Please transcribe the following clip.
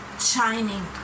shining